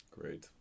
Great